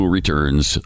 returns